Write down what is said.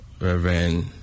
Reverend